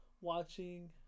watching